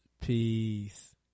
Peace